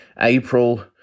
April